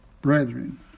brethren